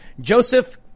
Joseph